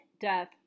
death